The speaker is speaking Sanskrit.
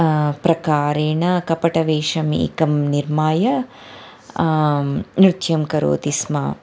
प्रकारेण कपटवेषम् एकं निर्माय नृत्यं करोति स्म